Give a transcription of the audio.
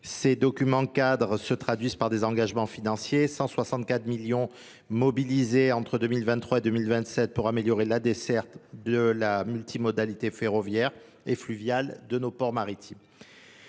Ces documents cadres se traduisent par des engagements financiers, 164 millions mobilisés entre 2023 et 2027 pour améliorer la décerte de la multimodalité ferroviaire et fluviale de nos ports maritimes.